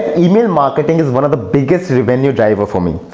email marketing is one of the biggest revenue driver for me.